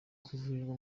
kuvurirwa